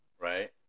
right